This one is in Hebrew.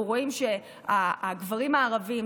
אנחנו רואים שאצל הגברים הערבים,